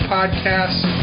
Podcasts